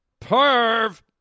Perv